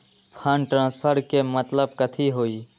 Fund transfer के मतलब कथी होई?